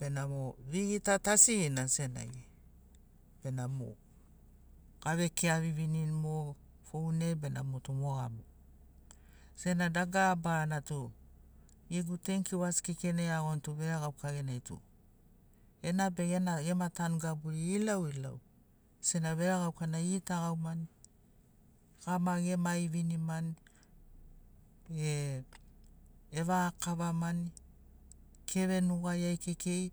benamo vegita ta asigina senagi benamo avekea vivinini mo fon ai bena motu moga mogo sena dagara barana tu gegu tenkiu asi keikeina eagoni tu veregauka genai tu enabe ena gema tanu gaburi ilauilau sena veregaukana egitagaumani gama gema evinimani e evaga kavamani keve nugariai kekei.